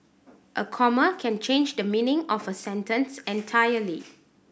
a comma can change the meaning of a sentence entirely